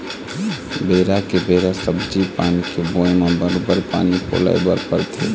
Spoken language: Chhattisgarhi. बेरा के बेरा सब्जी पान के बोए म बरोबर पानी पलोय बर परथे